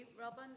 Robin